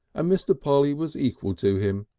ah mr. polly was equal to him.